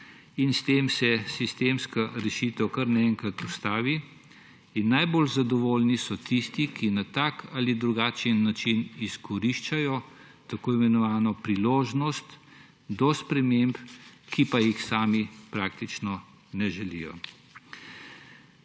in s tem se sistemska rešitev kar naenkrat ustavi in najbolj zadovoljni so tisti, ki na tak ali drugačen način izkoriščajo tako imenovano priložnost do sprememb, ki pa jih sami praktično ne želijo.